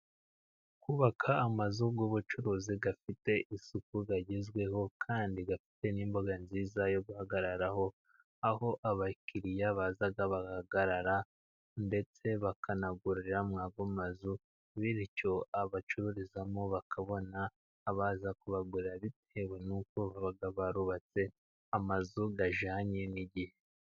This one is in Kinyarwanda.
Kubaka amazu y'ubucuruzi afite isuku agezweho kandi afite n'imbuga nziza yo guhagararaho, aho abakiriya baza bagahagarara ndetse bakanagurira muri ayo mazu bityo abacururizamo bakabona abaza kubagura, bitewe n'uko baba barubatse amazu ajyanye n'igihe.